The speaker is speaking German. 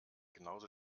genauso